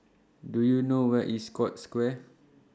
Do YOU know Where IS Scotts Square